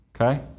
Okay